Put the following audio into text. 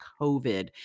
COVID